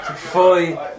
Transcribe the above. Fully